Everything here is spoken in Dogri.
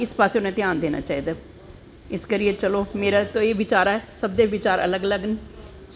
इस पास्सै उनैं ध्यान देनां चाही दा इसकरियै मेरा एह् बिचार ऐ सब दे अलग अलग विचार न